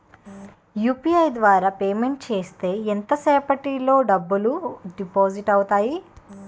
UPI ద్వారా payment చేస్తే ఎంత సేపటిలో డబ్బులు డిపాజిట్ అవుతాయి?